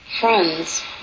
Friends